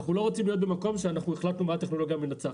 אנחנו לא רוצים להיות במקום שאנחנו החלטנו מהי הטכנולוגיה המנצחת,